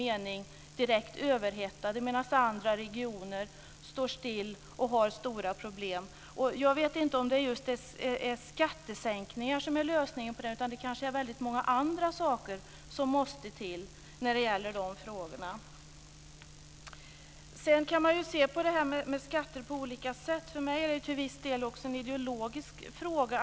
En annan fråga som är viktig är att det höga skattetrycket gör att det är svårt för den enskilde individen att spara långsiktigt för att trygga sin ålderdom. Efter det har socialdemokraterna successivt försämrat villkoren för sparandet.